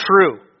true